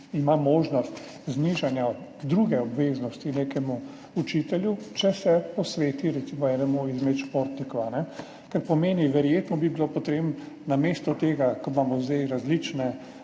možnost znižanja druge obveznosti nekemu učitelju, če se posveti recimo enemu izmed športnikov, kar pomeni, da bi bilo verjetno potem namesto tega, ko imamo zdaj različne